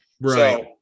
right